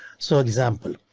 so example,